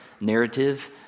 narrative